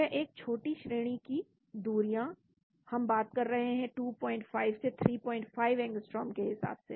यह छोटी श्रेणी की दूरियां हम बात कर रहे हैं 25 से 35 अंगस्ट्रोम के हिसाब से